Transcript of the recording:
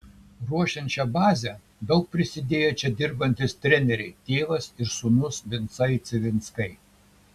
ruošiant šią bazę daug prisidėjo čia dirbantys treneriai tėvas ir sūnus vincai civinskai